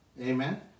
Amen